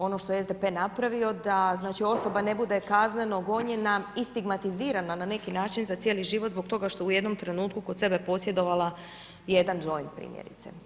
Ono što je SDP napravio da znači osoba ne bude kazneno gonjena i stigmatizirana na neki način za cijeli život zbog toga što u jednom trenutku kod sebe je posjedovala jedan joint, primjerice.